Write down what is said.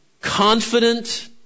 confident